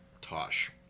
Tosh